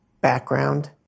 background